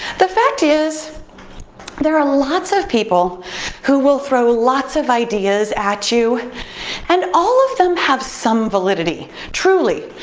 the fact is there are lots of people who will throw lots of ideas at you and all of them have some validity, truly.